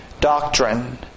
doctrine